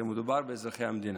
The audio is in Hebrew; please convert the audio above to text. הרי מדובר באזרחי המדינה.